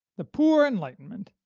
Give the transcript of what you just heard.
the poor enlightenment.